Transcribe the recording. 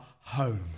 home